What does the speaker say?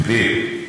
פנים.